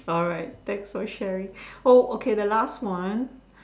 alright thanks for sharing oh okay the last one